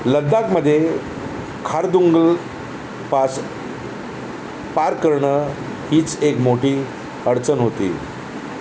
लद्दाखमध्ये Khardungla pass पार करणं हीच एक मोठी अडचण होती